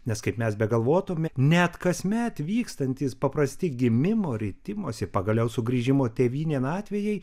nes kaip mes begalvotume net kasmet vykstantys paprasti gimimo ritimosi pagaliau sugrįžimo tėvynėn atvejai